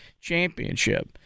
championship